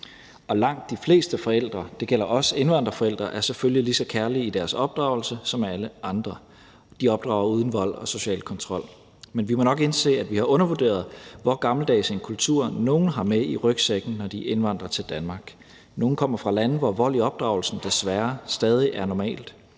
og langt de fleste forældre – det gælder også indvandrerforældre – er selvfølgelig lige så kærlige i deres opdragelse som alle andre. De opdrager uden vold og social kontrol. Men vi må nok indse, at vi har undervurderet, hvor gammeldags en kultur nogle har med i rygsækken, når de indvandrer til Danmark. Nogle kommer fra lande, hvor vold i opdragelsen desværre stadig er normalt.